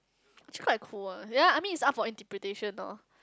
actually quite cool lah ya I mean it's up for interpretation lor